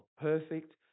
perfect